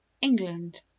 England